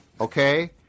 okay